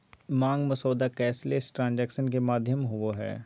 मांग मसौदा cashless transaction के माध्यम होबो हइ